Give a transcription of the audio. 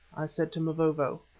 i said to mavovo,